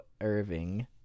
Irving